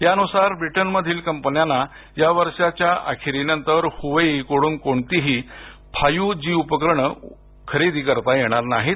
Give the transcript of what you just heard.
यानुसार ब्रिटनमधील कंपन्यांना या वर्षाच्या अखेरीनंतर हुवेईकडून कोणतीही फाइव्ह जी उपकरणं खरेदी करता येणार नाहीत